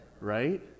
Right